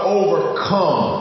overcome